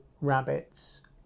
rabbits